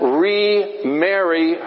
remarry